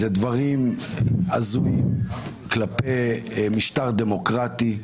אלו דברים הזויים במשטר דמוקרטי,